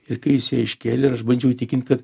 ir kai jis ją iškėlė ir aš bandžiau įtikint kad